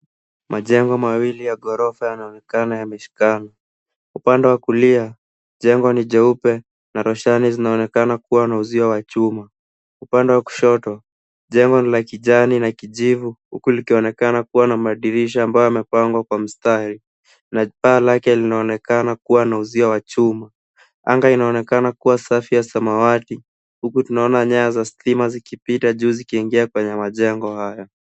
Majengo mawili ya ghorofa yanaonekana yameshikana. Upande wa kulia, jengo ni jeupe na roshani zinaonekana kuwa na uzio wa chuma. Upande wa kushoto, jengo ni la kijani na kijivu huku likionekana kuwa na madirisha ambayo yamepangwa kwa mstari na paa lake linaonekana kuwa na uzio wa chuma. Anga inaonekana kuwa safi ya samawati, huku tunaona nyaya za stima zikipita juu zikiingia kwenye majengo haya.